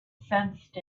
sensed